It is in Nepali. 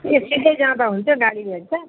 ए सिधै जाँदा हुन्छ गाडी भेट्छ